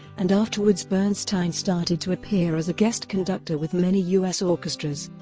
and afterwards bernstein started to appear as a guest conductor with many u s. orchestras.